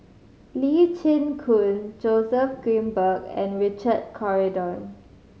Lee Chin Koon Joseph Grimberg and Richard Corridon